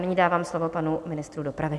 Nyní dávám slovo panu ministru dopravy.